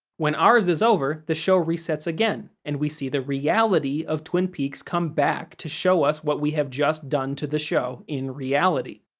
when ours is over, the show resets again and we see the reality of twin peaks come back to show us what we have just done to the show in reality.